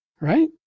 right